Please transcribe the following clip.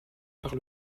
par